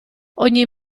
ogni